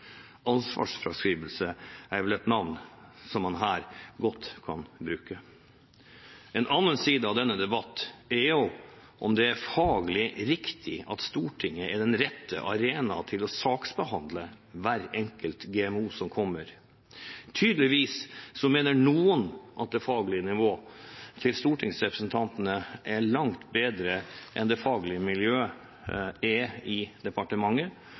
Ansvarsfraskrivelse er vel et ord som man her godt kan bruke. En annen side av denne debatten er jo om det er faglig riktig at Stortinget er den rette arena til å saksbehandle hver enkelt GMO som kommer. Tydeligvis mener noen at det faglige nivå til stortingsrepresentantene er langt bedre enn det faglige miljøet i departementet